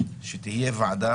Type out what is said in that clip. שתהיה ועדה,